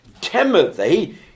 Timothy